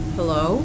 Hello